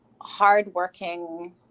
hardworking